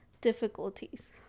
difficulties